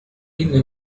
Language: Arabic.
إننا